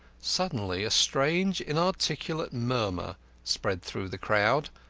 suddenly a strange inarticulate murmur spread through the crowd,